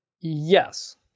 Yes